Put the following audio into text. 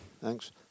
thanks